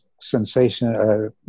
sensation